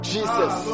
Jesus